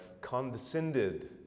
condescended